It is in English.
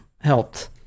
helped